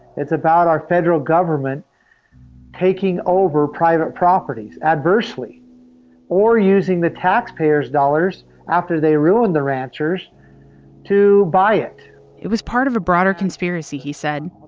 it's about our federal government taking over private properties adversely or using the taxpayers' dollars after they ruined the ranchers to buy it it was part of a broader conspiracy, he said,